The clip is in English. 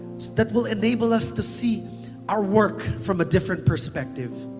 that will enable us to see our work from a different perspective.